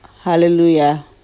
Hallelujah